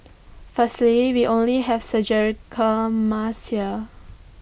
firstly we only have surgical masks here